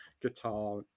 guitar